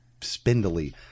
spindly